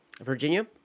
Virginia